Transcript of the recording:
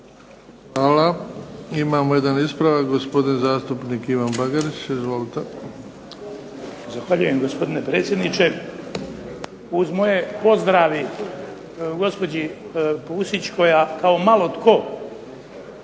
Hvala. Imamo jedan ispravak, gospodin zastupnik Ivan Bagarić. Izvolite.